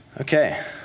Okay